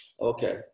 okay